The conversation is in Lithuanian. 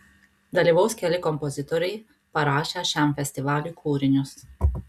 dalyvaus keli kompozitoriai parašę šiam festivaliui kūrinius